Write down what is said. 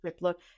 look